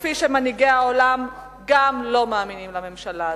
כפי שגם מנהיגי העולם לא מאמינים לממשלה הזאת.